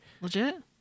legit